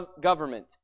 government